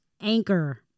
Anchor